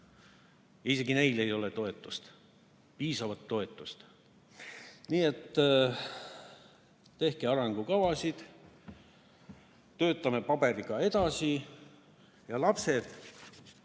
isegi neil ei ole piisavat toetust. Nii et tehke arengukavasid. Töötame paberiga edasi, aga lapsed